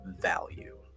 value